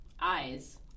eyes